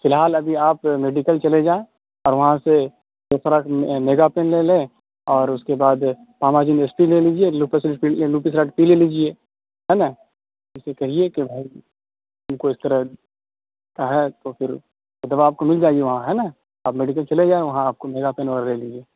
فی الحال ابھی آپ میڈیکل چلے جائیں اور وہاں سے میگا پین لے لیں اور اس کے بعد تاماجین ایس پی لے لیجیے لوپی ساٹ پی لے لیجیے ہے نا اس سے کہیے کہ بھائی ہم کو اس طرح کا ہے تو پھر یہ دوا آپ کو مل جائے گی وہاں ہے نا آپ میڈیکل چلے جائیں وہاں آپ کو میگا پین وغیرہ لے لیجیے